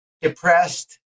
depressed